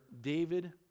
David